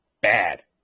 bad